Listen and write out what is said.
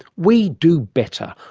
we do better,